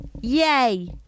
Yay